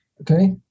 okay